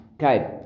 Okay